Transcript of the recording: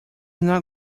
not